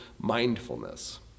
mindfulness